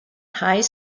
high